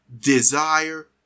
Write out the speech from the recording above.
desire